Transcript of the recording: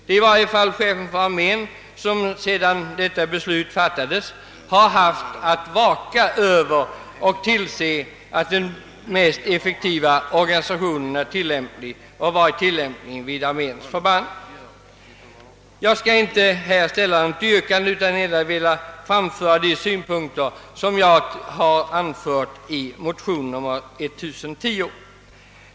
Det är i alla fall han som sedan detta beslut fattades haft att tillse att den mest effektiva organisationen tillämpas vid arméns förband. Jag skall inte ställa något yrkande om bifall till motionen, utan jag har bara velat erinra om de synpunkter jag där anfört i denna punkt.